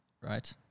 Right